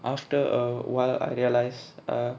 after a while I realised err